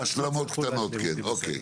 השלמות קטנות, בסדר.